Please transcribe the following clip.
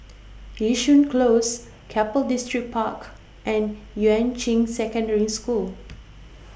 Yishun Close Keppel Distripark and Yuan Ching Secondary School